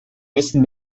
müssen